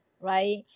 right